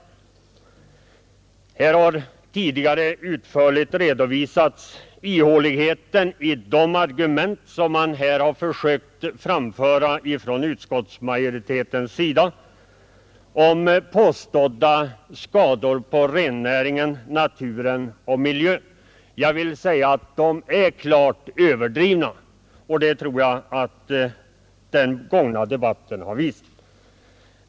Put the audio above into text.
Man har här tidigare utförligt redovisat ihåligheten i de argument som utskottsmajoriteten framfört om påstådda skador på rennäringen, naturen och miljön. Jag vill säga att de argumenten är klart överdrivna, och det tror jag att den gångna debatten tydligt har visat.